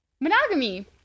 monogamy